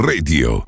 Radio